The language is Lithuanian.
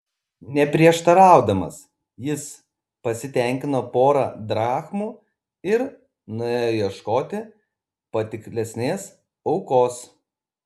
neprieštaraudamas jis pasitenkino pora drachmų ir nuėjo ieškoti patiklesnės aukos